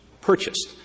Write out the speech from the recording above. purchased